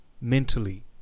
mentally